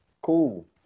cool